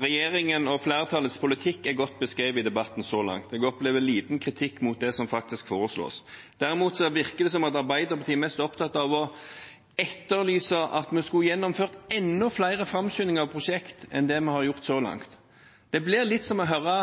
Regjeringen og flertallets politikk er godt beskrevet i debatten så langt. Jeg opplever liten kritikk mot det som faktisk foreslås. Derimot virker det som om Arbeiderpartiet er mest opptatt av å etterlyse at vi skulle framskyndet enda flere prosjekt enn det vi har gjort så langt. Det blir litt som å høre